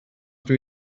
dydw